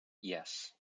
yes